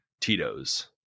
Tito's